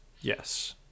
Yes